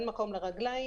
אין מקום לרגליים,